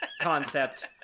concept